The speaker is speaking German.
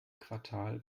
quartal